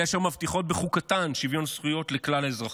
אלה אשר מבטיחות בחוקתן שוויון זכויות לכלל האזרחים.